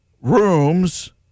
rooms